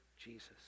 Jesus